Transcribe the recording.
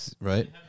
Right